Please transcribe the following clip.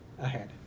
ahead